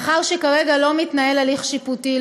מאחר שכרגע לא מתנהל הליך שיפוטי,